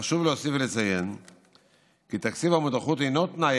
חשוב להוסיף ולציין כי תקציב המודרכות אינו תנאי